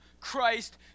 Christ